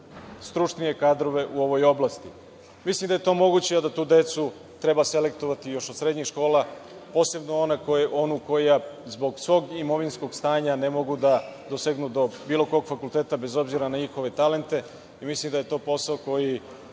najstručnije kadrove u ovoj oblasti. Mislim da je to moguće, a da tu decu treba selektovati još od srednjih škola, posebno onu koja zbog svog imovinskog stanja ne mogu da dosegnu do bilo kog fakulteta bez obzira na njihove talente. Mislim, da je to posao koji